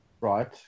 Right